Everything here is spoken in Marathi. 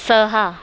सहा